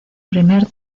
primer